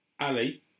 Ali